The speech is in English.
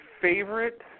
favorite